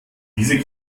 diese